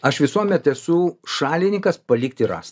aš visuomet esu šalininkas palikti rąs